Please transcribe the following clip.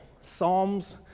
Psalms